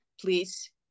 please